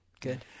good